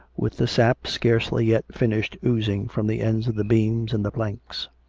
with the sap scarcely yet finished oozing from the ends of the beams and the planks.